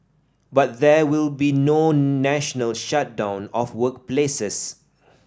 but there will be no national shutdown of workplaces